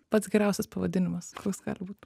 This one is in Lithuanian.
pats geriausias pavadinimas koks gali būt